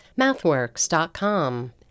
MathWorks.com